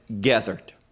gathered